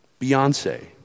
Beyonce